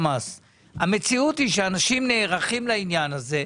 המציאות היא שאנשים נערכים לעניין הזה.